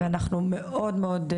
ואנחנו מאוד מאוד,